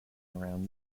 around